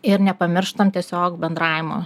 ir nepamirštam tiesiog bendravimo